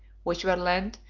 which were lent,